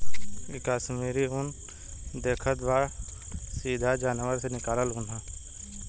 इ कश्मीरी उन देखतऽ बाड़ऽ सीधा जानवर से निकालल ऊँन ह